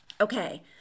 Okay